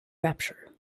rapture